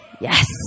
Yes